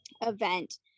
event